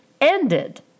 ended